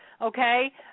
okay